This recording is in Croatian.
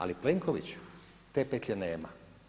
Ali Plenković te petlje nema.